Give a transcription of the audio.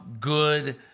good